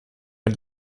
man